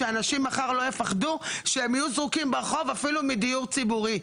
שאנשים מחר לא יפחדו שהם יהיו זרוקים ברחוב אפילו מדיור ציבורי.